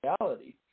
reality